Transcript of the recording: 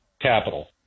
capital